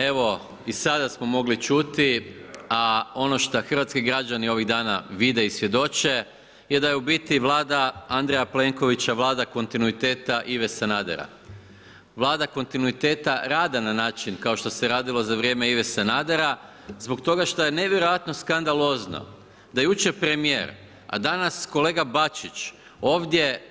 Evo i sada smo mogli čuti, a ono šta hrvatski građani ovih dana vide i svjedoče je da je u biti Vlada Plenkovića Vlada kontinuiteta Ive Sanadera vlada kontinuiteta rada na način kao što se radilo za vrijeme Ive Sanadera zbog toga što je nevjerojatno skandalozno da jučer premijer, a danas kolega Bačić ovdje